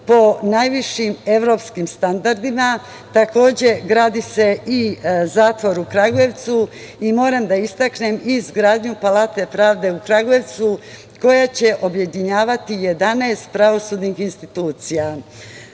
po najvišim evropskim standardima, takođe gradi se i zatvor u Kragujevcu i moram da istaknem i izgradnju Palate Pravde u Kragujevcu koja će objedinjavati 11 pravosudnih institucija. Pored